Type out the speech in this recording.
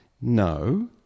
no